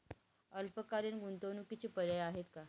अल्पकालीन गुंतवणूकीचे पर्याय आहेत का?